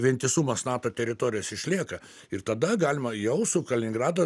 vientisumas nato teritorijos išlieka ir tada galima jau su kaliningrado